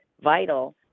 vital